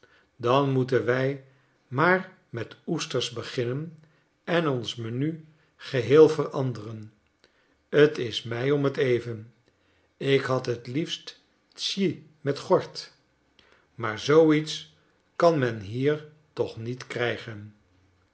dan moeten wij maar met oesters beginnen en ons menu geheel veranderen t is mij om t even ik had het liefst tsji met gort maar zoo iets kan men hier toch niet krijgen